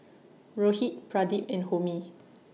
Rohit Pradip and Homi